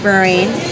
Brewing